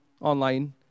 online